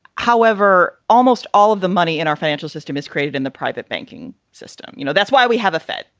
however, almost all of the money in our financial system is created in the private banking system. you know, that's why we have a fit.